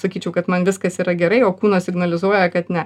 sakyčiau kad man viskas yra gerai o kūnas signalizuoja kad ne